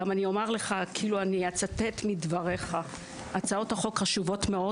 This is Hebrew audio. אני אצטט מדבריך: "הצעות החוק חשובות מאוד.